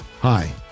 Hi